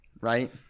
right